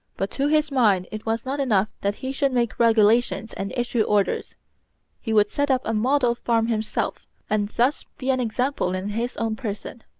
but to his mind it was not enough that he should make regulations and issue orders he would set up a model farm himself and thus be an example in his own person.